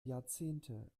jahrzehnte